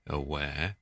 aware